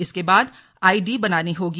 इसके बाद आईडी बनानी होगी